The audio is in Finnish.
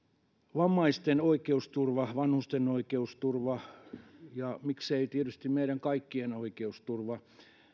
vammaisten oikeusturva vanhusten oikeusturva ja miksei tietysti meidän kaikkien oikeusturva